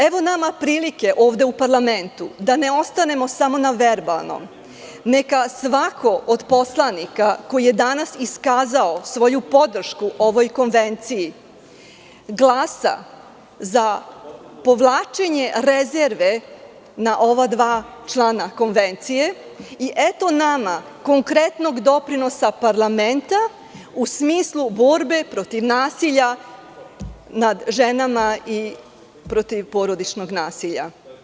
Evo nama prilike ovde u parlamentu da ne ostanemo samo na verbalnom, neka svako od poslanika, koji je danas iskazao svoju podršku ovoj konvenciji, glasa za povlačenje rezerve na ova dva člana Konvencije i eto nama konkretnog doprinosa parlamenta u smislu borbe protiv nasilja nad ženama i protiv porodičnog nasilja.